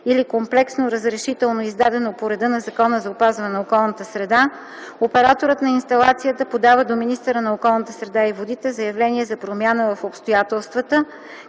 или комплексно разрешително, издадено по реда на Закона за опазване на околната среда, операторът на инсталацията подава до министъра на околната среда и водите заявление за промяна в обстоятелствата,